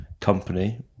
company